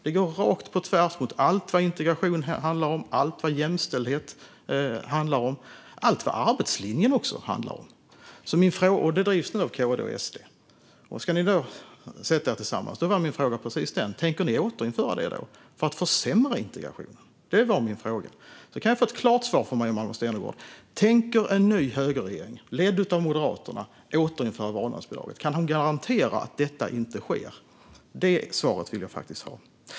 Det går rakt på tvärs mot allt vad integration handlar om, allt vad jämställdhet handlar om och även allt vad arbetslinjen handlar om. Detta drivs nu av KD och SD, och ni ska sätta er tillsammans. Därför var min fråga precis den: Tänker ni återinföra detta, för att försämra integrationen? Det var min fråga. Jag skulle vilja ha ett klart svar från Maria Malmer Stenergard. Tänker en ny högerregering ledd av Moderaterna återinföra vårdnadsbidraget? Kan hon garantera att detta inte sker? Det svaret vill jag faktiskt ha.